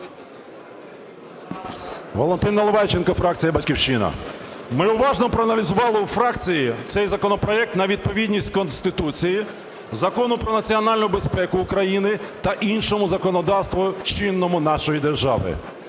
Валентин Наливайченко, фракція "Батьківщина". Ми уважно проаналізували у фракції цей законопроект на відповідність Конституції, Закону "Про національну безпеку України" та іншому законодавству чинному нашої держави.